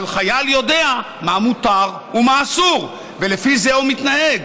אבל חייל יודע מה מותר ומה אסור ולפי זה הוא מתנהג.